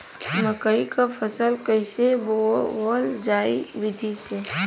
मकई क फसल कईसे बोवल जाई विधि से?